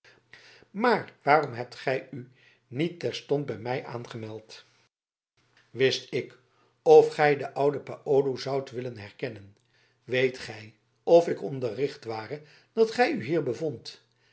maar waarom hebt gij u niet terstond bij mij aangemeld wist ik of gij den ouden paolo zoudt willen herkennen weet gij of ik onderricht ware dat gij u hier bevondt